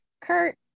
Kurt